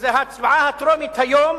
וההצבעה הטרומית היום